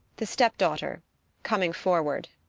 the step-daughter coming forward.